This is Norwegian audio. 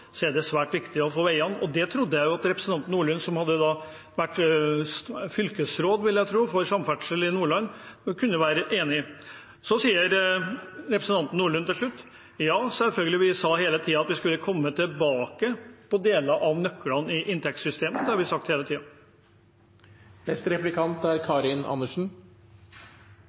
er det svært viktig å få veier, og det trodde jeg at representanten Nordlund – som har vært fylkesråd for samferdsel i Nordland – kunne være enig i. Så til slutt, til representanten Nordlund: Ja, selvfølgelig, vi sa hele tiden at vi skulle komme tilbake til deler av nøklene i inntektssystemet. Det har vi sagt hele